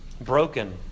Broken